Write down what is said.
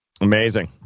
Amazing